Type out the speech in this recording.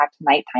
nighttime